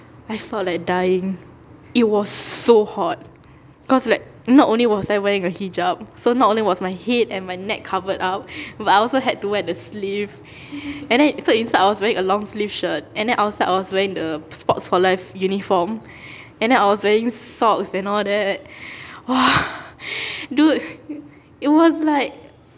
I felt like dying it was so hot cause like not only was I wearing a hijab so not only was my head and my neck covered up but I also had to wear the sleeve and then so inside I was wearing a long sleeve shirt and then outside I was wearing the sports for life uniform and then I was wearing socks and all that !wah! dude it was like